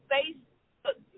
Facebook